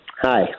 Hi